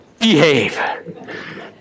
behave